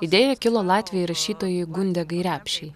idėja kilo latvijoj rašytojui gunde geirepši